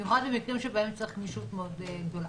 במיוחד במקרים שבהם צריך גמישות מאוד גדולה.